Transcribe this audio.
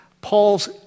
Paul's